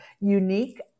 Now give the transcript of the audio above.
unique